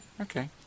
Okay